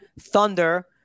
Thunder